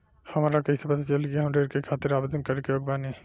हमरा कइसे पता चली कि हम ऋण के खातिर आवेदन करे के योग्य बानी?